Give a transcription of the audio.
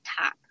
top